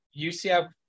UCF